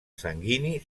sanguini